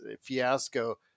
fiasco